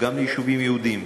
וגם ביישובים יהודיים,